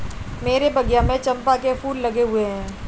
मेरे बगिया में चंपा के फूल लगे हुए हैं